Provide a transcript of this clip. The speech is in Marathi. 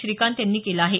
श्रीकांत यांनी केलं आहे